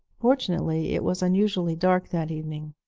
fortunately it was unusually dark that evening.